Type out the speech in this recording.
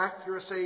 accuracy